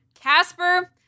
casper